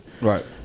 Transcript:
Right